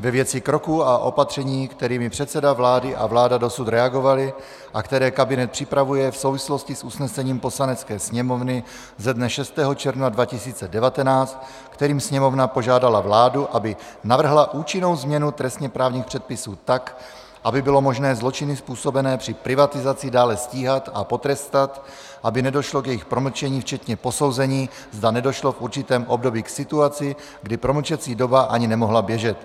ve věci kroků a opatření, kterými předseda vlády a vláda dosud reagovali a které kabinet připravuje v souvislosti s usnesením Poslanecké sněmovny ze dne 6. června 2019, kterým Sněmovna požádala vládu, aby navrhla účinnou změnu trestněprávních předpisů tak, aby bylo možné zločiny způsobené při privatizaci dále stíhat a potrestat, aby nedošlo k jejich promlčení včetně posouzení, zda nedošlo v určitém období k situaci, kdy promlčecí doba ani nemohla běžet.